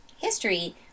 history